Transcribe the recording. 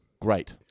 great